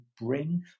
bring